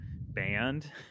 band